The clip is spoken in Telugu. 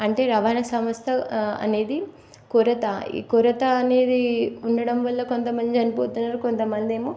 అంటే రవాణా సంస్థ అనేది కొరత కొరత అనేది ఉండడం వల్ల కొంతమంది చనిపోతున్నారు కొంతమంది ఏమో